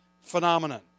phenomenon